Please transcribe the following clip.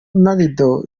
ronaldo